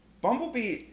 Bumblebee